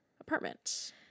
apartment